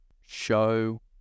show